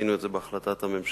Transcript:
עשינו את זה בהחלטת הממשלה,